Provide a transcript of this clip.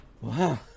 wow